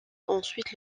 ensuite